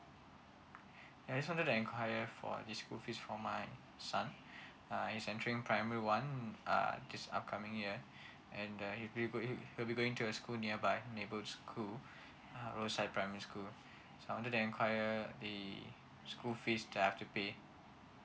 I just wanted to enquire for the school fees for my son uh he is entering primary one mm uh this upcoming year and he will be going to a school nearby neighborhood school uh our side primary school I wanted to enquire the school fees that I have to pay